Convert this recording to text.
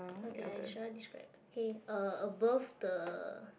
okay I try describe okay uh above the